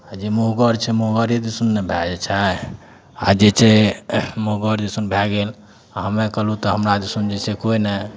आओर जे मुँहगर छै मुँहगरे दिसन ने भए जाइ छै आओर जे छै मुँहगर दिसन भए गेल आओर हमे कहलहुँ तऽ हमरा दिसन जे छै कोइ नहि